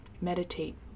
Meditate